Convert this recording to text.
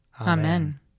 Amen